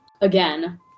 Again